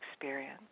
experience